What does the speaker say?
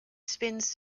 spins